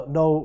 no